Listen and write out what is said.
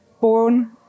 born